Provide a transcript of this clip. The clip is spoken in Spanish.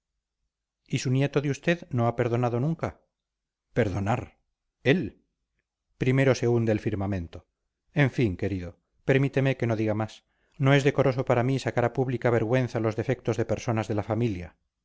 y su nieto de usted no ha perdonado nunca perdonar él primero se hunde el firmamento en fin querido permíteme que no diga más no es decoroso para mí sacar a pública vergüenza los defectos de personas de la familia